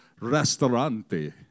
restaurante